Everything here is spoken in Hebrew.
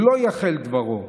"לא יחל דברו"